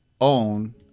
own